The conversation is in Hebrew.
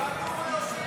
דקות.